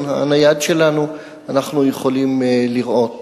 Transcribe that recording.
הנייד שלנו אנחנו יכולים לראות